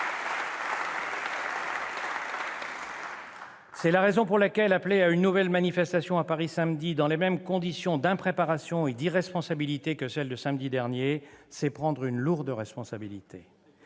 C'est la raison pour laquelle appeler à une nouvelle manifestation à Paris samedi, dans les mêmes conditions d'impréparation et d'irresponsabilité que celle de samedi dernier, c'est prendre une lourde responsabilité.